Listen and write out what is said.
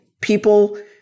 people